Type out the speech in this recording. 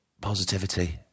positivity